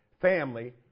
family